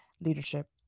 leadership